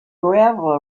gravel